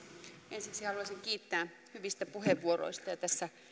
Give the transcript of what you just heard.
ensiksi haluaisin kiittää hyvistä puheenvuoroista ja tässä